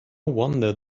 wonder